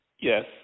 Yes